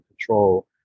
control